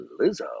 Lizzo